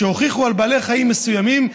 כשהוכיחו על בעלי חיים מסוימים,